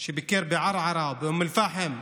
ביקר בערערה, באום אל-פחם,